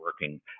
working